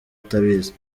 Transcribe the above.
atabizi